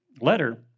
letter